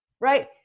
right